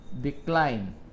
Decline